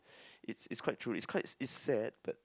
it's it's quite true is quite is sad but